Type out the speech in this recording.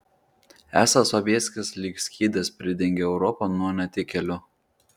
esą sobieskis lyg skydas pridengė europą nuo netikėlių